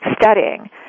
studying